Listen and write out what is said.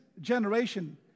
generation